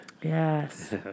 yes